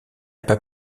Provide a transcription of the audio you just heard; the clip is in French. pas